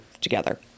together